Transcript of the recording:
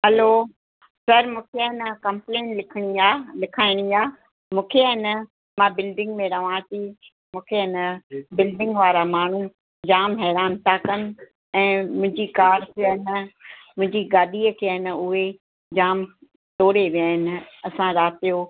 hello sir मूंखे आहे न कमप्लेन लिखिणी आहे लिखाइणी आहे मूंखे आहे मां बिल्डींग में रहां थी मूंखे आहे न बिल्डींग वारा माण्हू जामु हैरान था कनि ऐं मुंहिंजी कार खे आहे न मुंहिंजी गाॾीअ खे आहे न उहे जामु टोड़े विया आहिनि असां राति जो